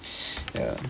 ya